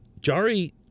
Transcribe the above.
Jari